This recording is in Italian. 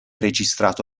registrato